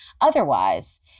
Otherwise